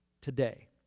today